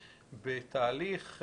בתהליך,